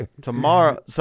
tomorrow